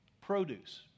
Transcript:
Produce